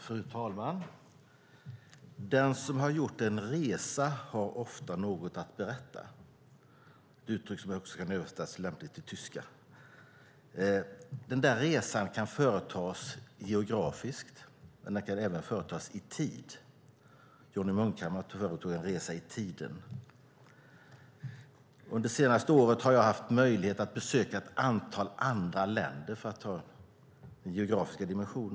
Fru talman! Den som har gjort en resa har ofta något att berätta. Det är ett uttryck som lämpligen kan översättas till tyska. Den där resan kan företas geografiskt, men den kan även företas i tid. Johnny Munkhammar företog en resa i tiden. Under det senaste året har jag haft möjlighet att besöka ett antal andra länder, för att ta den geografiska dimensionen.